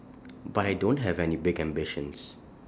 but I don't have any big ambitions